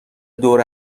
دور